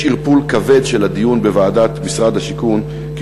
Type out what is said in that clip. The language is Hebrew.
יש ערפול כבד של הדיון בוועדת משרד השיכון כי